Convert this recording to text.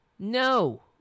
No